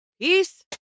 peace